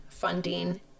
Funding